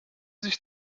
sich